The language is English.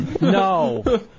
No